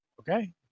okay